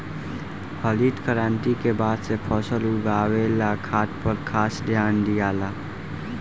हरित क्रांति के बाद से फसल उगावे ला खाद पर खास ध्यान दियाला